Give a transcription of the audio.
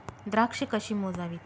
द्राक्षे कशी मोजावीत?